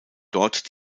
dort